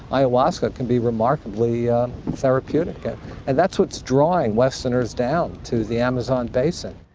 ayahuasca can be remarkably therapeutic and and that's what's drawing westerners down to the amazon basin.